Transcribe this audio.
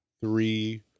three